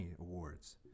Awards